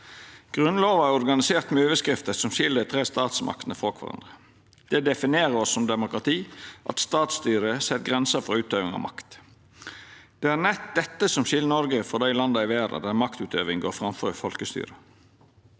Grunnlova er organisert med overskrifter som skil dei tre statsmaktene frå kvarande. Det definerer oss som demokrati at statsstyret set grenser for utøving av makt. Det er nett dette som skil Noreg frå dei landa i verda der maktutøving går framfor folkestyre.